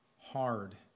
hard